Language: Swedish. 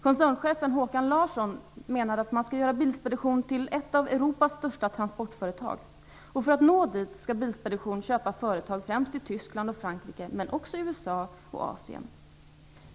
Koncernchefen Håkan Larsson menade att man skall göra Bilspedition till ett av Europas största transportföretag. För att nå dit skall Bilspedition köpa företag, främst i Tyskland och i Frankrike, men också i USA och i Asien.